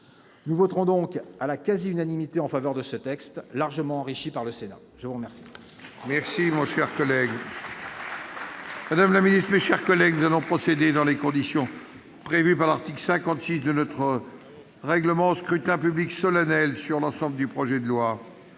Nous voterons donc à la quasi-unanimité en faveur de ce texte, largement enrichi par le Sénat. Mes chers